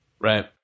Right